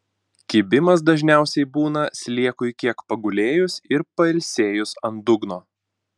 kibimas dažniausiai būna sliekui kiek pagulėjus ir pailsėjus ant dugno